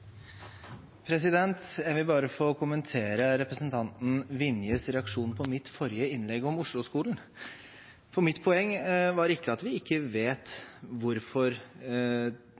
Jeg vil bare kommentere representanten Vinjes reaksjon på mitt forrige innlegg om Oslo-skolen. Mitt poeng var ikke at vi ikke vet hvorfor